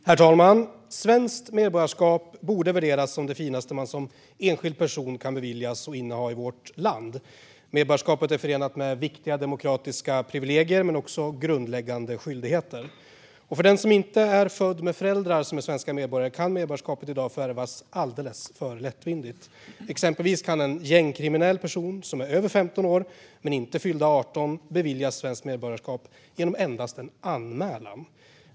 Herr talman! Svenskt medborgarskap borde värderas som det finaste man som enskild person kan beviljas och inneha i vårt land. Medborgarskapet är förenat med viktiga demokratiska privilegier men också grundläggande skyldigheter. För den som inte har föräldrar som är svenska medborgare kan medborgarskapet i dag förvärvas alldeles för lättvindigt. Exempelvis kan en gängkriminell person som är över 15 år men inte fyllt 18 beviljas svenskt medborgarskap endast genom en anmälan.